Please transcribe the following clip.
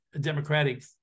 democratic